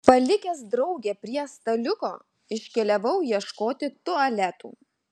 palikęs draugę prie staliuko iškeliavau ieškoti tualetų